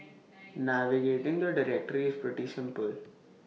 navigating the directory is pretty simple